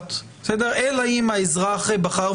המשפט אלא אם האזרח בחר,